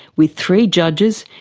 with three judges,